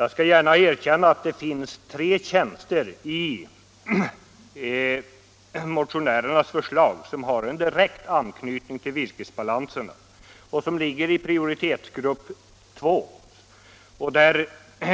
Jag skall dock gärna erkänna att tre av de tjänster som ingår i motionärernas förslag har en direkt anknytning till virkesbalansen. Dessa tjänster ligger i prioritetsgrupp 2, och